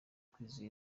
kwizera